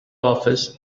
office